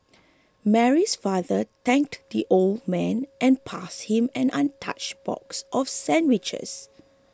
Mary's father thanked the old man and passed him an untouched box of sandwiches